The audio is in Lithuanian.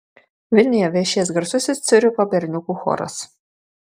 vilniuje viešės garsusis ciuricho berniukų choras